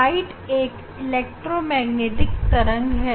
प्रकाश एक इलेक्ट्रोमैग्नेटिक तरंग है